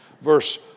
verse